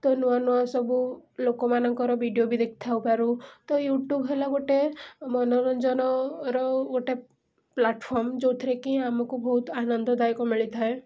ତ ନୂଆ ନୂଆ ସବୁ ଲୋକମାନଙ୍କର ଭିଡ଼ିଓ ବି ଦେଖିଥାଇପାରୁ ତ ୟୁଟ୍ୟୁବ୍ ହେଲା ଗୋଟେ ମନୋରଞ୍ଜନର ଗୋଟେ ପ୍ଲାଟ୍ଫର୍ମ ଯେଉଁଥିରେ କି ଆମକୁ ବହୁତ ଆନନ୍ଦଦାୟକ ମିଳିଥାଏ